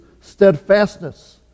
steadfastness